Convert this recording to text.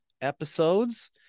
episodes